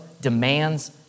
demands